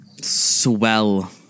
Swell